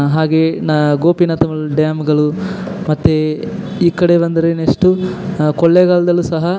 ಹಾಗೆಯೇ ನಾ ಗೋಪಿನಾಥಮ್ಮಲ್ಲೂ ಡ್ಯಾಮುಗಳು ಮತ್ತು ಈ ಕಡೆ ಬಂದರೆ ನೆಕ್ಸ್ಟು ಕೊಳ್ಳೆಗಾಲದಲ್ಲೂ ಸಹ